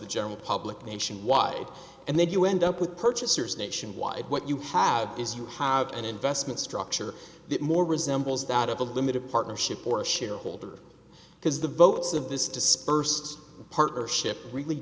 the general public nationwide and then you end up with purchasers nationwide what you have is you have an investment structure that more resembles that of a limited partnership or a shareholder because the votes of this dispersed partnership really